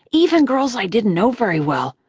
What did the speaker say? even girls i didn't know very well,